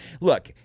look